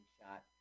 shot